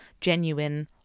genuine